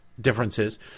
differences